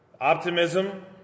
Optimism